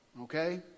okay